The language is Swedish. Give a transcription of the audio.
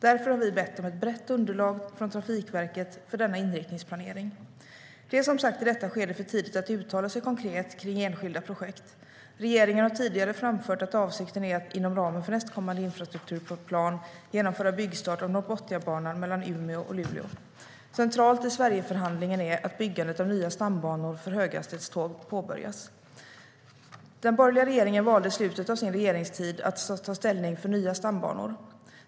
Därför har vi bett om ett brett underlag från Trafikverket för denna inriktningsplanering. Det är som sagt i detta skede för tidigt att uttala sig konkret om enskilda projekt. Regeringen har tidigare framfört att avsikten är att inom ramen för nästkommande infrastrukturplan genomföra byggstart av Norrbotniabanan mellan Umeå och Luleå. Centralt i Sverigeförhandlingen är att byggandet av nya stambanor för höghastighetståg påbörjas. Den borgerliga regeringen valde i slutet av sin regeringstid att ta ställning för nya stambanor.